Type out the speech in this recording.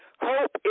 Hope